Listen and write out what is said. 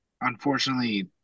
unfortunately